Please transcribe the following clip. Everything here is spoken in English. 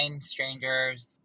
strangers